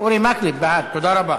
תודה רבה.